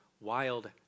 Wild